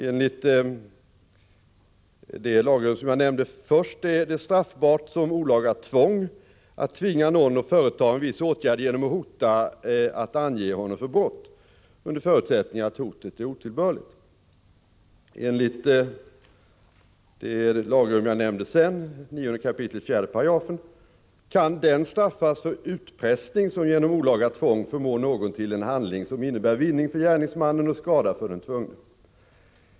Enligt det förstnämnda av dessa båda lagrum är det straffbart som olaga tvång att tvinga någon att företa en viss åtgärd genom att hota att ange honom för brott, under förutsättning att tvånget är otillbörligt. Enligt 9 kap. 4 § brottsbalken kan den straffas för utpressning som genom olaga tvång förmår någon till en handling som innebär vinning för gärningsmannen och skada för den tvungne.